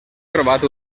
trobat